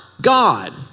God